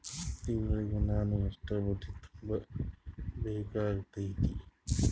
ತಿಂಗಳಿಗೆ ನಾನು ಎಷ್ಟ ಬಡ್ಡಿ ತುಂಬಾ ಬೇಕಾಗತೈತಿ?